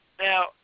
now